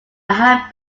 have